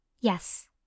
Yes